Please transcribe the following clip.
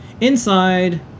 inside